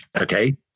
Okay